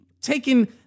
taking